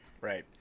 right